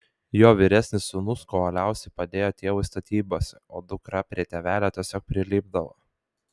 jo vyresnis sūnus kuo uoliausiai padėjo tėvui statybose o dukra prie tėvelio tiesiog prilipdavo